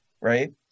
right